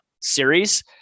series